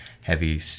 heavy